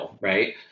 right